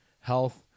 health